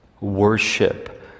worship